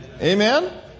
Amen